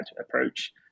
approach